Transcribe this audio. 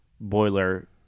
boiler